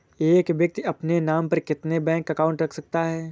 एक व्यक्ति अपने नाम पर कितने बैंक अकाउंट रख सकता है?